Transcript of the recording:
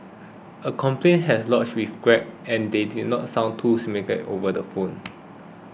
a complaint has lodged with Grab and they didn't sound too sympathetic over the phone